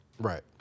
Right